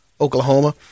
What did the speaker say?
Oklahoma